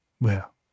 Well